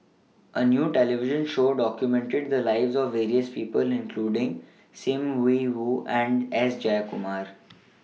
A New television Show documented The Lives of various People including SIM Yi Hui and S Jayakumar